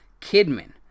Kidman